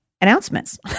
announcements